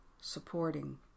supporting